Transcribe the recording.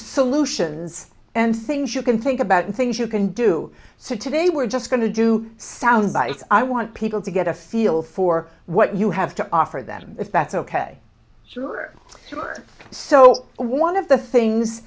solutions and things you can think about and things you can do so today we're just going to do sound bites i want people to get a feel for what you have to offer them if that's ok sure so one of the things